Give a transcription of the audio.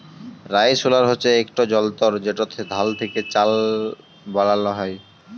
rice huller হছে ইকট যলতর যেটতে ধাল থ্যাকে চাল বালাল হ্যয়